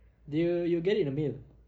dia you'll get it in the mail